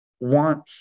want